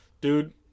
Dude